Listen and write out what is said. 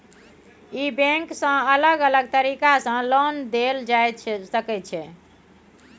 ई bank सँ अलग अलग तरीका सँ लोन देल जाए सकै छै